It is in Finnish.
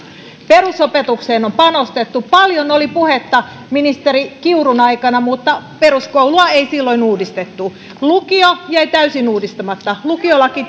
perusopetukseen on panostettu paljon oli puhetta ministeri kiurun aikana mutta peruskoulua ei silloin uudistettu lukio jäi täysin uudistamatta lukiolaki